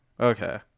Okay